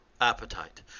appetite